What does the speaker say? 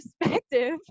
perspective